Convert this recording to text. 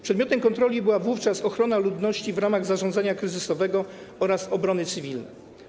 Przedmiotem kontroli była wówczas ochrona ludności w ramach zarządzania kryzysowego oraz obrony cywilnej.